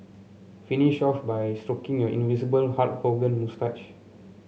finish off by stroking your invisible Hulk Hogan moustache